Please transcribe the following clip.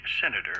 senator